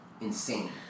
insane